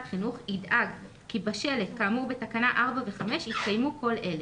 חינוך ידאג כי בשלט כאמור בתקנות 4 ו-5 יתקיימו כל אלה: